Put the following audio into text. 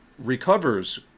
recovers